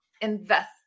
invest